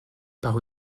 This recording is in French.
avec